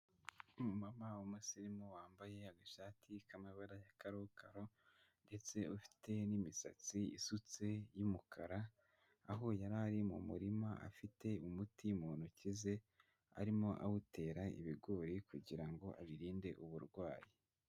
Umumama w'umusirimu wambaye agashati k'amabara ya karokaro ndetse ufite n'imisatsi isutse y'umukara, aho yari ari mu murima afite umuti mu ntoki ze arimo awutera ibigori kugira ngo abirinde uburwayi.